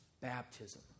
Baptism